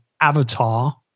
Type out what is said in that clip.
avatar